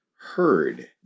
heard